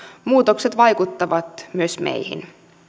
muutokset vaikuttavat myös meihin